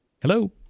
hello